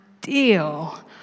deal